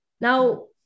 Now